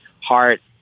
heart